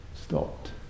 stopped